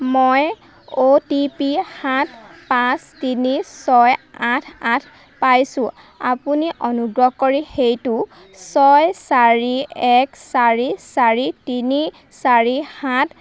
মই O T P সাত পাঁচ তিনি ছয় আঠ আঠ পাইছোঁ আপুনি অনুগ্ৰহ কৰি সেইটো ছয় চাৰি এক চাৰি চাৰি তিনি চাৰি সাত